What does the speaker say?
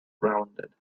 rounded